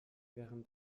während